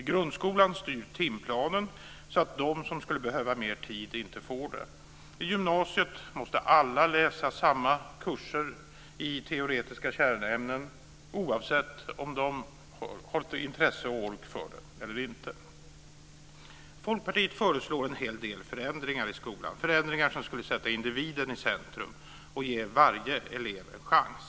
I grundskolan styr timplanen så att de som skulle behöva mer tid inte får det. I gymnasiet måste alla läsa samma kurser i teoretiska kärnämnen oavsett om de har intresse och ork för det eller inte. Folkpartiet föreslår en hel del förändringar i skolan. Det är förändringar som skulle sätta individen i centrum och ge varje elev en chans.